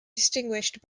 distinguished